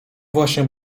właśnie